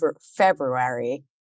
February